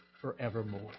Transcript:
forevermore